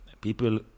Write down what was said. people